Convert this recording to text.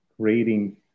creating